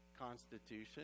constitution